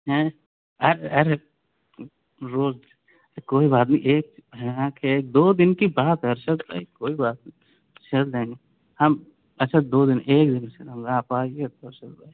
ایں ار ارے روز کوئی بات نہیں ایک دو دن کی بات ہے ارشد بھائی کوئی بات نہیں سل دیں گے ہم اچھا دو دن ایک دن آپ آئیے ارشد بھائی